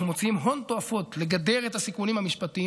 אנחנו מוציאים הון תועפות כדי לגדר את הסיכונים המשפטיים